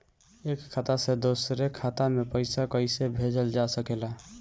एक खाता से दूसरे खाता मे पइसा कईसे भेजल जा सकेला?